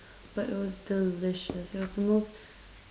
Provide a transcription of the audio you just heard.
but it was delicious it was the most